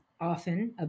often